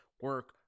Work